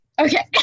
Okay